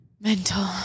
Mental